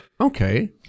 Okay